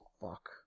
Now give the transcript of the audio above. Fuck